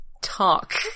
talk